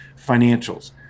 financials